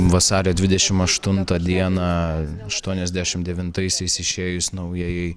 vasario dvidešimt aštuntą dieną aštuoniasdešimt devintaisiais išėjus naujajai